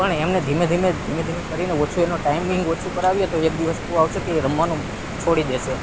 પણ એમને ધીમે ધીમે ધીમે ધીમે કરીને ઓછું એનું ટાઈમિંગ ઓછો કરાવીએ તો એક દિવસ એવો આવશે કે એ રમવાનું છોડી દેશે